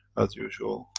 as usual.